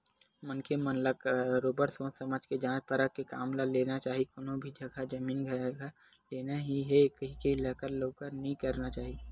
मनखे मन ल बरोबर सोझ समझ के जाँच परख के काम ल लेना चाही कोनो भी जघा जमीन जघा लेना ही हे कहिके लकर लउहा नइ करना चाही